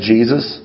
Jesus